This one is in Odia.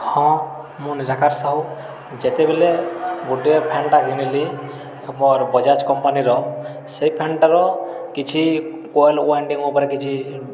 ହଁ ମୁଁ ନିରାକର ସାହୁ ଯେତେବେଳେ ଗୋଟିଏ ଫ୍ୟାନ୍ଟା କିଣିଲି ମୋର ବଜାଜ କମ୍ପାନୀର ସେଇ ଫ୍ୟାନ୍ଟାର କିଛି କଏଲ୍ ୱାଇଣ୍ଡିଙ୍ଗ ଉପରେ କିଛି